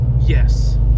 yes